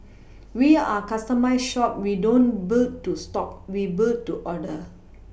we are a customised shop we don't build to stock we build to order